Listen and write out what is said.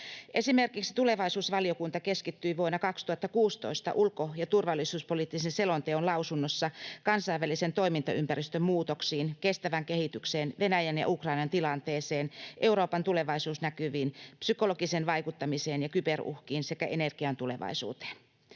Esimerkiksi tulevaisuusvaliokunta keskittyi vuonna 2016 ulko- ja turvallisuuspoliittisen selonteon lausunnossaan kansainvälisen toimintaympäristön muutoksiin, kestävään kehitykseen, Venäjän ja Ukrainan tilanteeseen, Euroopan tulevaisuusnäkymiin, psykologiseen vaikuttamiseen ja kyberuhkiin sekä energian tulevaisuuteen.